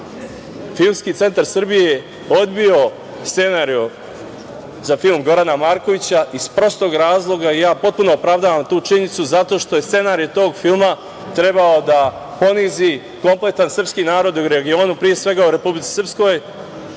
pitanju. Filmski centar Srbije odbio je scenario za film Gorana Markovića iz prostog razloga, ja potpuno opravdavam tu činjenicu, zato što je scenario tog filma trebao da ponizi kompletan srpski narod u regionu, pre svega u Republici Srpskoj,